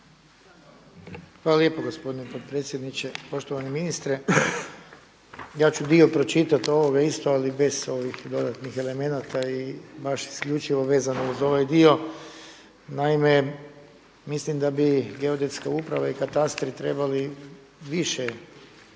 Hvala lijepo gospodine potpredsjedniče. Poštovani ministre. Ja ću dio pročitati ovog isto ali bez ovih dodatnih elemenata i baš isključivo vezano uz ovaj dio. Naime, mislim da bi Geodetska uprava i katastri trebali više